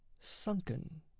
Sunken